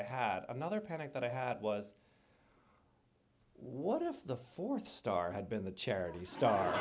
i had another panic that i had was what if the fourth star had been the charity star